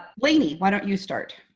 lainey, why don't you start?